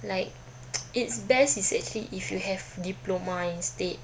like it's best is actually if you have diploma instead